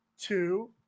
two